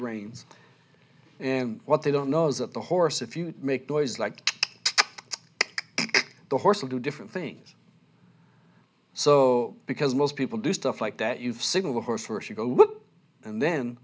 brains and what they don't know is that the horse if you make noise like the horse will do different things so because most people do stuff like that you